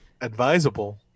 advisable